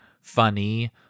funny